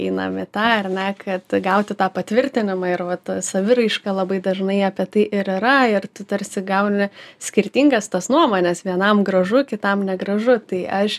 einam į tą ar ne kad gauti tą patvirtinamą ir vat saviraiška labai dažnai apie tai ir yra ir tarsi gauni skirtingas tas nuomones vienam gražu kitam negražu tai aš